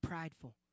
prideful